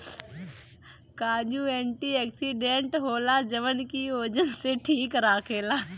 काजू एंटीओक्सिडेंट होला जवन की ओजन के ठीक राखेला